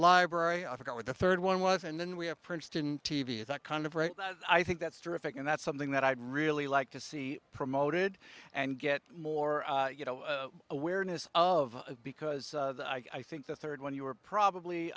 library i forgot what the third one was and then we have princeton t v it's a kind of right i think that's terrific and that's something that i'd really like to see promoted and get more you know awareness of because i think the third one you were probably